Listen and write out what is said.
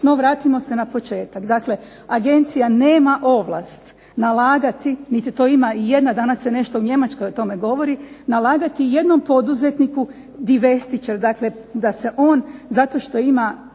No, vratimo se na početak. Dakle, agencija nema ovlast nalagati, niti to ima i jedna. Danas se nešto u Njemačkoj o tome govori, nalagati jednom poduzetniku divesticher. Dakle, da se on zato što ima